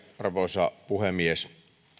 arvoisa puhemies